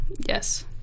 yes